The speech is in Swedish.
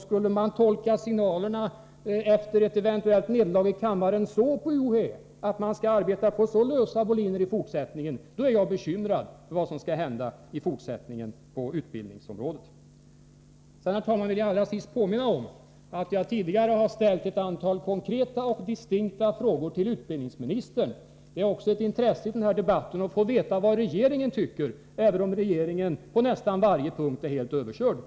Skulle man tolka signalerna, efter ett eventuellt nederlag i kammaren, så på UHÄ att man skall arbeta på så lösa boliner i fortsättningen, då blir jag bekymrad över vad som kommer att hända på utbildningsområdet framöver. Låt mig också påminna om att jag tidigare har ställt ett antal konkreta och distinkta frågor till utbildningsministern. Det är också av intresse för debatten att få veta vad regeringen tycker, även om den på nästan varje punkt är överkörd.